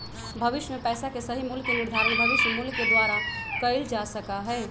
भविष्य में पैसा के सही मूल्य के निर्धारण भविष्य मूल्य के द्वारा कइल जा सका हई